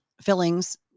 fillings